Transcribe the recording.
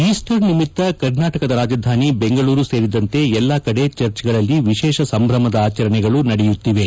Easter ನಿಮಿತ್ತ ಕರ್ನಾಟಕದ ರಾಜಧಾನಿ ಬೆಂಗಳೂರು ಸೇರಿದಂತೆ ಎಲ್ಲಾ ಕಡೆ ಚರ್ಚ್ಗಳಲ್ಲಿ ವಿಶೇಷ ಸಂಭ್ರಮದ ಆಚರಣೆಗಳು ನಡೆಯುತ್ತಿವೆ